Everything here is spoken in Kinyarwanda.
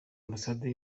ambasade